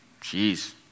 Jeez